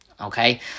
okay